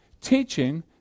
teaching